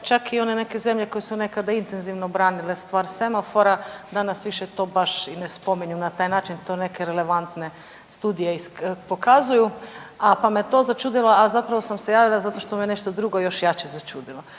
čak i one neke zemlje koje su nekada intenzivno branile stvar semafora danas više to baš i ne spominju na taj način, to neke relevantne studije pokazuju, pa me to začudilo, a zapravo sam se javila zato što me nešto drugo još jače začudilo.